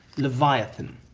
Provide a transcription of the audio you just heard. leviathan.